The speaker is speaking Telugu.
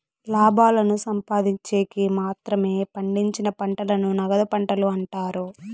లాభాలను సంపాదిన్చేకి మాత్రమే పండించిన పంటలను నగదు పంటలు అంటారు